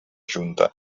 junta